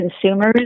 consumers